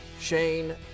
Shane